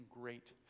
great